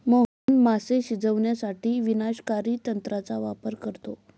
मोहन मासे शिजवण्यासाठी विनाशकारी तंत्राचा वापर करतो